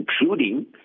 including